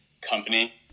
company